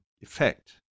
effect